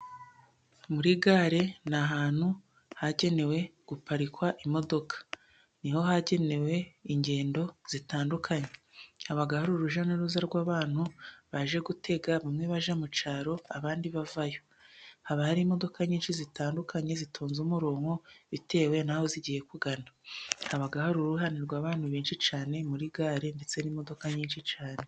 Muri gare ni ahantu hagenewe guparikwa imodoka ,niho hagenewe ingendo zitandukanye haba hari urujya n'uruza rw'abantu baje gutega. Bamwe bajya mu cyaro abandi bavayo ,haba hari imodoka nyinshi zitandukanye zitonze umurongo bitewe n'aho zigiye kugana. Haba hari uruhurirane rw'abantu benshi cyane muri gare ndetse n'imodoka nyinshi .